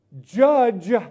Judge